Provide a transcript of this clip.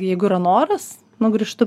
jeigu yra noras nu grįžtu